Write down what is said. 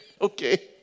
Okay